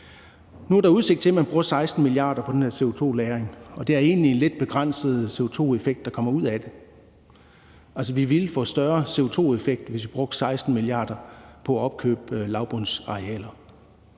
Nu er der udsigt til, at man bruger 16 mia. kr. på det her med CO2-lagring, og det er egentlig lidt begrænset CO2-effekt, der kommer ud af det. Vi ville få større CO2-effekt, hvis vi brugte 16 mia. kr. på at opkøbe lavbundsarealer.